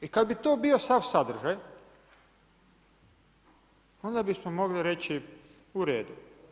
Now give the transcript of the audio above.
I kad bi to bio sav sadržaj, onda bismo mogli reći u redu.